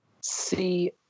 See